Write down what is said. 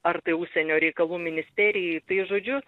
ar tai užsienio reikalų ministerijai tai žodžiu